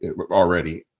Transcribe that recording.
already